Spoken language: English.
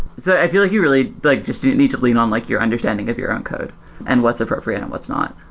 so i feel like you really like just didn't need to lead on like your understanding if you're on code and what's appropriate and what's not.